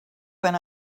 when